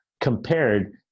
compared